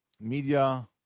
media